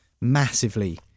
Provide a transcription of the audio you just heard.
massively